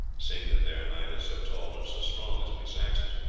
seeing that they are neither so tall nor so strong as we saxons,